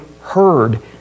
heard